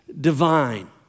divine